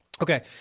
Okay